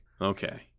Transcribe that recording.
Okay